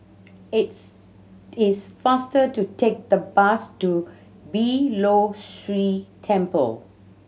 its is faster to take the bus to Beeh Low See Temple